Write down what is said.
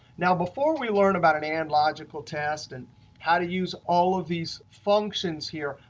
now, before we learn about an and logical test and how to use all of these functions here,